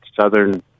Southern